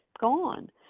gone